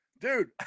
dude